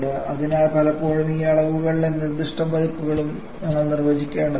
അതിനാൽ പലപ്പോഴും ഈ അളവുകളുടെ നിർദ്ദിഷ്ട പതിപ്പുകളും ഞങ്ങൾ നിർവചിക്കേണ്ടതുണ്ട്